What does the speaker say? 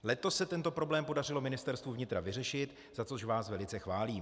Letos se tento problém podařilo Ministerstvu vnitra vyřešit, za což vás velice chválím.